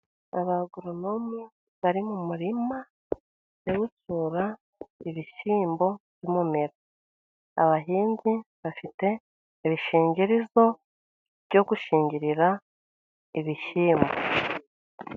Abagoronome bari mu murima, bagiye gusura ibishyimbo by'umumero, abahinzi bafite ibishingirizo byo gushingirira ibishyimbo.